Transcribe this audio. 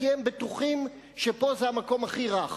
כי הם בטוחים שפה זה המקום הכי רך